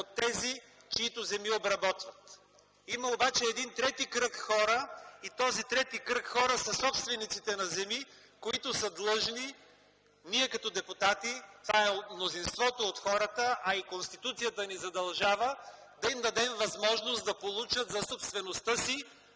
от тези, чиито земи обработват. Има обаче един трети кръг хора, и този трети кръг хора са собствениците на земи, които са длъжни – ние като депутати, това е мнозинството от хората, а и Конституцията ни задължава – да им дадем възможност да получат за собствеността си